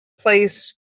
place